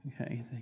Okay